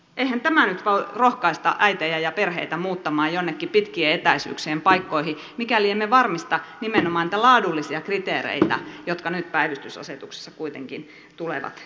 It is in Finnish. eihän tämä nyt rohkaise äitejä ja perheitä muuttamaan jonnekin pitkien etäisyyksien paikkoihin mikäli emme varmista nimenomaan niitä laadullisia kriteereitä jotka nyt päivystysasetuksessa kuitenkin tulevat esiin